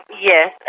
yes